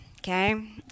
Okay